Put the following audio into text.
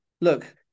Look